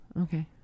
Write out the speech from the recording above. Okay